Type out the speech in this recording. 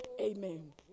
Amen